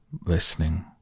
listening